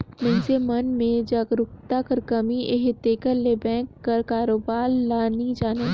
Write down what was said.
मइनसे मन में जागरूकता कर कमी अहे तेकर ले बेंक कर कारोबार ल नी जानें